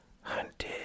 hunted